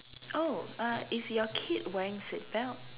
oh uh is your kid wearing seatbelt